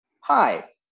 hi